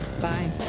Bye